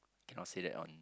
cannot say that on